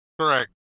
Correct